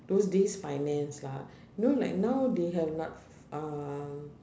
those days finance lah know like now they have like uh